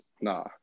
Nah